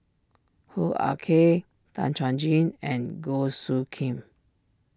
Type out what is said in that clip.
Hoo Ah Kay Tan Chuan Jin and Goh Soo Khim